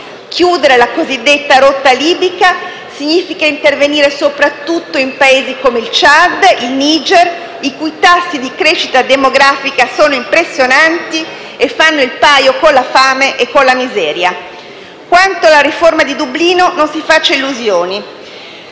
Chiudere la cosiddetta rotta libica significa intervenire soprattutto in Paesi come il Ciad e il Niger, i cui tassi di crescita demografica sono impressionanti e fanno il paio con la fame e la miseria. Quanto alla riforma di Dublino non si faccia illusioni: